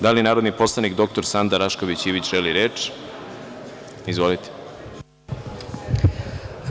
Da li narodni poslanik dr Sanda Rašković Ivić želi reč? (Da.